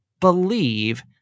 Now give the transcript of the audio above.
believe